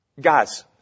guys